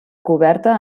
coberta